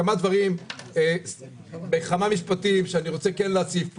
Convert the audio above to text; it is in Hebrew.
כמה דברים בכמה משפטים שאני רוצה להציף פה.